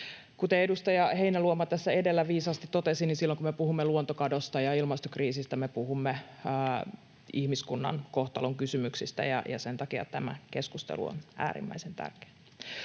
Kuten edustaja Heinäluoma tässä edellä viisaasti totesi, silloin kun me puhumme luontokadosta ja ilmastokriisistä, me puhumme ihmiskunnan kohtalon kysymyksistä, ja sen takia tämä keskustelu on äärimmäisen tärkeä.